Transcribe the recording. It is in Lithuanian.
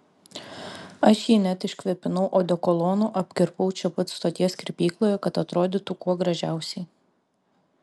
aš jį net iškvėpinau odekolonu apkirpau čia pat stoties kirpykloje kad atrodytų kuo gražiausiai